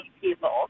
people